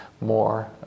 more